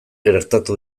gertatu